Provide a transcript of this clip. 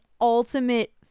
ultimate